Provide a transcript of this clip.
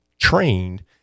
trained